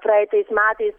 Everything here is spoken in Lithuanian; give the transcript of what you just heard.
praeitais metais